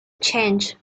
chance